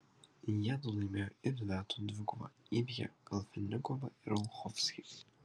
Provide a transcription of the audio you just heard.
jiedu laimėjo ir dvejetų dvikovą įveikę kafelnikovą ir olchovskį